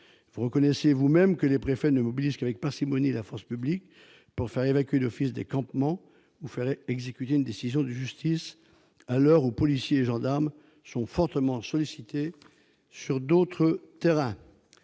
Vous reconnaissez vous-même que « les préfets ne mobilisent qu'avec parcimonie la force publique pour faire évacuer d'office des campements ou faire exécuter une décision de justice, à l'heure où policiers et gendarmes sont fortement sollicités sur d'autres terrains